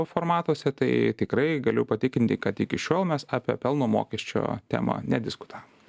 formatuose tai tikrai galiu patikinti kad iki šiol mes apie pelno mokesčio temą nediskutavom